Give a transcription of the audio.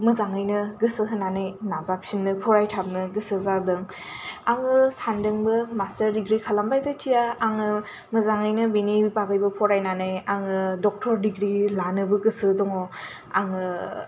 मोजाङैनो गोसो होनानै नाजाफिननो फरायथाबनो गोसो जादों आङो सानदोंमोन मास्टार डिग्रि खालामबाय जेथिया आङो मोजाङैनो बेनि बागै बो फरायनानै आङो डाक्टार डिग्रि लानोबो गोसो दङ आङो